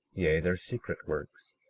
yea, their secret works,